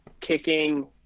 kicking